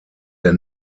der